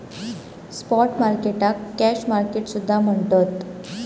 spot मार्केटाक cash market सुद्धा म्हणतत